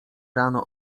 rano